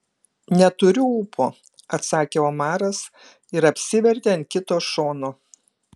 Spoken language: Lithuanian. neturiu ūpo atsakė omaras ir apsivertė ant kito šono